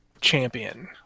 champion